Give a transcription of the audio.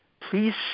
Please